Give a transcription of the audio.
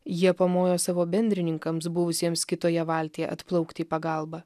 jie pamojo savo bendrininkams buvusiems kitoje valtyje atplaukti į pagalbą